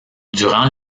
durant